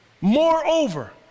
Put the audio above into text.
moreover